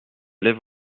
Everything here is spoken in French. lève